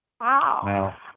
Wow